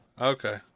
Okay